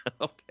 Okay